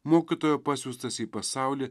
mokytojo pasiųstas į pasaulį